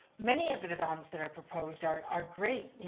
many of the developments that are proposed are are great,